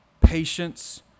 patience